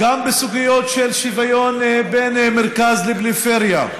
גם בסוגיות של שוויון בין מרכז לפריפריה,